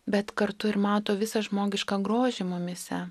bet kartu ir mato visą žmogišką grožį mumyse